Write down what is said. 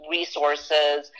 Resources